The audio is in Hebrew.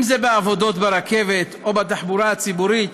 אם זה בעבודות ברכבת או בתחבורה הציבורית,